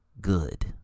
good